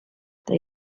they